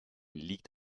liegt